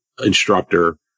instructor